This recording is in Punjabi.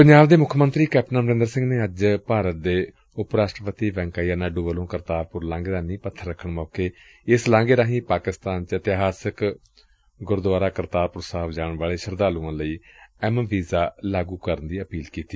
ਪੰਜਾਬ ਦੇ ਮੁੱਖ ਮੰਤਰੀ ਕੈਪਟਨ ਅਮਰਿੰਦਰ ਸਿੰਘ ਨੇ ਅੱਜ ਭਾਰਤ ਦੇ ਉਪ ਰਾਸ਼ਟਰਪਤੀ ਵੈਂਕਈਆ ਨਾਇਡੂ ਵੱਲੋਂ ਕਰਤਾਰਪੁਰ ਲਾਂਘੇ ਦੇ ਨੀਹ ਪੱਬਰ ਰੱਖਣ ਮੌਕੇ ਇਸ ਲਾਂਘੇ ਰਾਹੀ ਪਾਕਿਸਤਾਨ ਵਿੱਚ ਇਤਿਹਾਸਕ ਕਰਤਾਰਪੁਰ ਗੁਰਦੂਆਰੇ ਜਾਣ ਵਾਲੇ ਸ਼ਰਧਾਲੁਆਂ ਲਈ ਐਮਵੀਜ਼ਾ ਲਾਗੁ ਕਰਨ ਦੀ ਅਪੀਲ ਕੀਤੀ